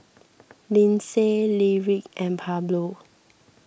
Lindsay Lyric and Pablo